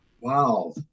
Wow